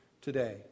today